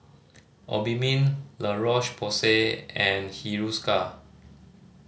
Obimin La Roche Porsay and Hiruscar